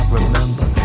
remember